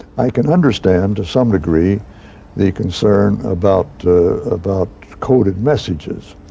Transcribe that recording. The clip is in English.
i can understand to some degree the concern about about coded messages.